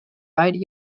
variety